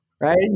right